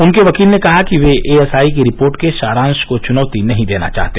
उनके वकील ने कहा कि वे एएसआई की रिपोर्ट के सारांश को चुनौती नहीं देना चाहते